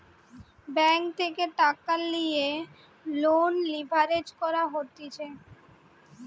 bank থেকে টাকা লিয়ে লোন লিভারেজ করা হতিছে